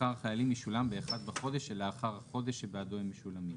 שכר החיילים ישולם ב-1 בחודש שלאחר החודש בעדו הם משולמים".